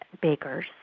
bakers